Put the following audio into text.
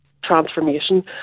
transformation